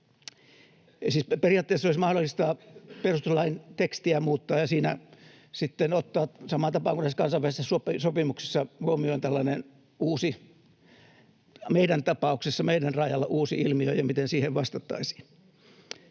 periaatteessa olisi mahdollista perustuslain tekstiä muuttaa ja siinä sitten, samaan tapaan kuin kansainvälisissä sopimuksissa, ottaa huomioon tällainen meidän tapauksessa ja meidän rajalla uusi ilmiö ja miten siihen vastattaisiin,